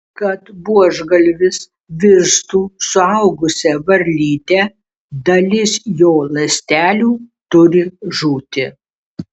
kad buožgalvis virstų suaugusia varlyte dalis jo ląstelių turi žūti